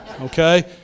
Okay